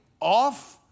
off